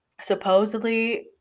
supposedly